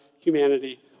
humanity